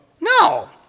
No